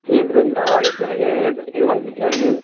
एक रेंजर वाली चाहिए एक ए वन की चाहिए